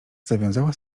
zawiązała